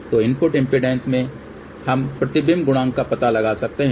तो input impedance से हम प्रतिबिंब गुणांक का पता लगा सकते हैं